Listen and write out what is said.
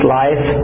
life